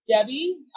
Debbie